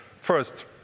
First